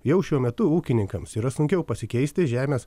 jau šiuo metu ūkininkams yra sunkiau pasikeisti žemės